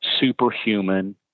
superhuman